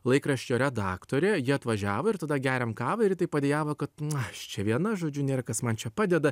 laikraščio redaktorę ji atvažiavo ir tada geriam kavą ir ji taip padejavo kad a aš čia viena žodžiu nėr kas man čia padeda